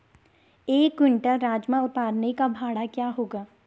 एक क्विंटल राजमा उतारने का भाड़ा क्या होगा?